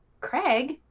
Craig